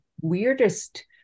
weirdest